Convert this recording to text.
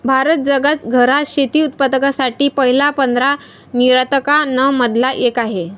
भारत जगात घरात शेती उत्पादकांसाठी पहिल्या पंधरा निर्यातकां न मधला एक आहे